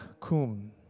kum